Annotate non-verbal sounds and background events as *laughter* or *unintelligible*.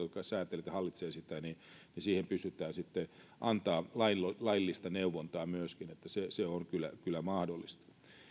*unintelligible* jotka säätelevät ja hallitsevat sitä ja siihen pystytään sitten antamaan laillista neuvontaa myöskin eli se on kyllä kyllä mahdollista